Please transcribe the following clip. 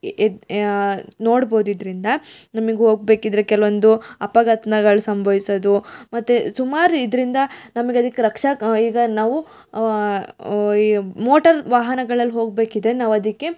ನೋಡ್ಬೋದು ಇದರಿಂದ ನಮಗ್ ಹೋಗ್ಬೇಕಿದ್ರೆ ಕೆಲವೊಂದು ಅಪಘಾತಗಳು ಸಂಭವಿಸೋದು ಮತ್ತು ಸುಮಾರು ಇದರಿಂದ ನಮ್ಗೆ ಅದಕ್ಕೆ ರಕ್ಷಾ ಕ ಈಗ ನಾವು ಈ ಮೋಟರ್ ವಾಹನಗಳಲ್ಲಿ ಹೋಗಬೇಕಿದ್ರೆ ನಾವು ಅದಕ್ಕೆ